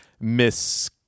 miss